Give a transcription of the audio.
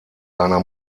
seiner